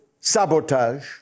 sabotage